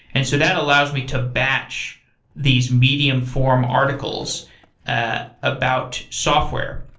and so that allows me to batch these medium form articles ah about software.